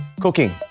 cooking